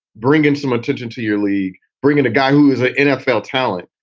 bringing some attention to your league, bringing a guy who is a nfl talent,